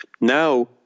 Now